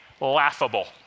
laughable